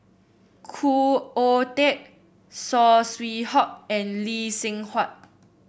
Khoo Oon Teik Saw Swee Hock and Lee Seng Huat